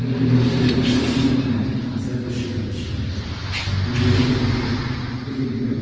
इनिफ्राय बे जेब्ला सेवगोन होनब्लाना हासार गोसोम जाबोसिगोन ना गुन्दै जाबोसिगोन इखो जोङो